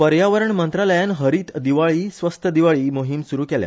पर्यावरण मंत्रालयान हरित दिवाळी स्वस्थ दिवाळी मोहिम सुरु केल्या